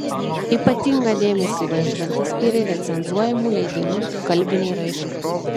ypatingą dėmesį vaižgantas skyrė recenzuojamų leidinių kalbinei raiškai